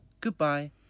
Goodbye